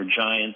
Giant